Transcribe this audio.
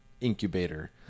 incubator